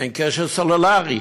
אין קשר סלולרי.